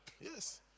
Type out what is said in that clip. yes